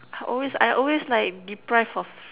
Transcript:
I always I always like deprive of